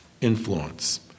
influence